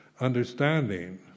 understanding